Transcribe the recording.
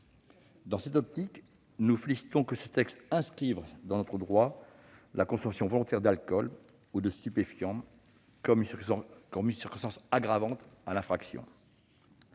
Dans cette perspective, nous nous félicitons que ce texte inscrive dans notre droit la consommation volontaire d'alcool ou de stupéfiants comme une circonstance aggravante de l'infraction.